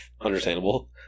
understandable